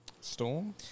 Storm